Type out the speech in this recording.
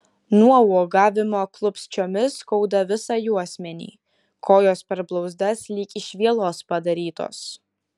nuo uogavimo klupsčiomis skauda visą juosmenį kojos per blauzdas lyg iš vielos padarytos